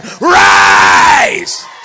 rise